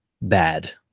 bad